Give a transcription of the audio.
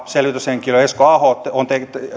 selvityshenkilö esko aho ovat